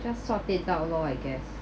just sort it out loh I guess